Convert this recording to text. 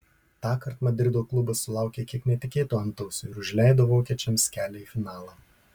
tąkart madrido klubas sulaukė kiek netikėto antausio ir užleido vokiečiams kelią į finalą